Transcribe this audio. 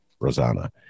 Rosanna